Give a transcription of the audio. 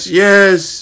yes